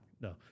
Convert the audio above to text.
No